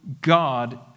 God